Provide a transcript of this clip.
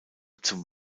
zum